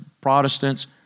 Protestants